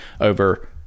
over